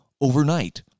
overnight